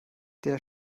der